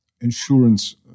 insurance